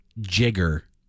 jigger